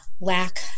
lack